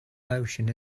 notion